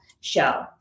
show